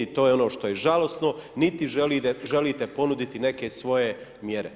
To je ono što je žalosno, niti želite ponuditi neke svoje mjere.